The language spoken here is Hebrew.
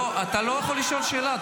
לא, אתה לא יכול לשאול שאלה.